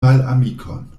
malamikon